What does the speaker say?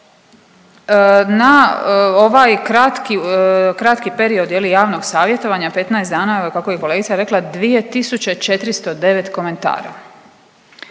Na ovaj kratki period je li javnog savjetovanja 15 dana kako je kolegica rekla 2409 komentara